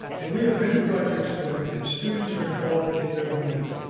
and we have many projects going, and students are involved in every one of them,